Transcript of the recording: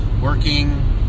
working